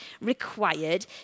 required